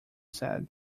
said